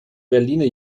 berliner